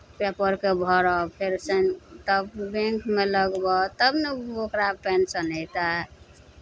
पेपरकेँ भरह फेर साइन तब बैंकमे लगबह तब ने ओ ओकरा पेंशन अयतै